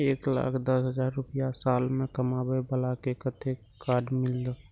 एक लाख दस हजार रुपया साल में कमाबै बाला के कतेक के कार्ड मिलत?